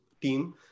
team